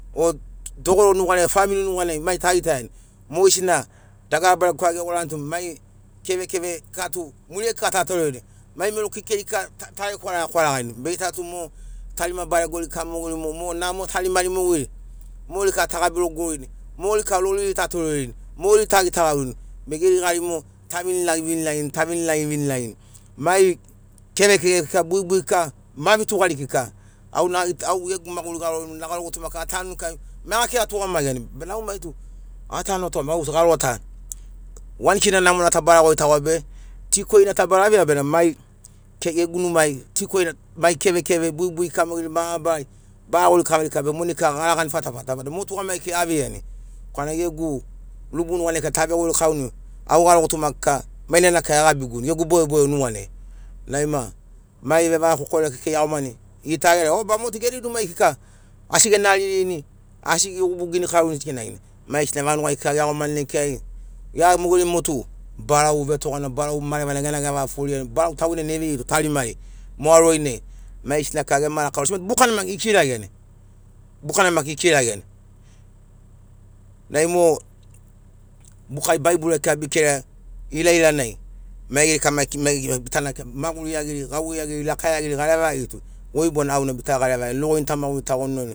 O dogoro nuganai family nuganai mai tagitani mogesina dagara baregori gegorani tu mai kevekeve kika tu muriai ta torerini mai mero kekei kika talai kwarega kwaregarini be gita tum o tarima baregori kika mogeri mogo namo tarima mogeri mogeri kika tagabi rogorini mogeri kika roriri ta torerini mogeri tagitgaurini be geri gari mo tavinilaivinilaini mai kevekeve kik buibui kika ma vitugari kika au gegu maguri garori garo gutuma kika atanu kavani maiga kekei atugamagini be na au mai tu atauto au tu garo ta wan kina namona ta bara goitagoa be tea korina ta bara veia bena mai gegu numai bena mai gegu numai tea korina mai kevekeve buibui kika mogeri mabarari bara gori kaviri be monai kika gara gani fatafata vada mo tugamagi kekei aveiani korana gegu rubu nuganai tave gorikauni au garo gutuma kika mainana kekei egabiguni gegu bogeboge nuganai nai ma mai vevaga kokore kekei e iagomani gita gerai o ba mutu geri numai kika asi genaririni asi gegubu ginikaurini asi ginaginavagi mai gesina vanugai kika geiagomani nai kika gia mogeri motu barau vetogana barau marevana gian gevaga foforiani barau tavenana eveirito tarimari moga rorinai maigesina kika gema rakarosini mai tu bukana maki ikiragiani nai mo buka baibul kika bikira ilailanai maigeri kika maki maigeri be fa kika maguriagiri gauveiagiri lakaiagiri garevaiagiri tug oi bona au bitana garevaiagirini rogo ini tamaguritagoni nuganai